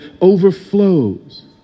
overflows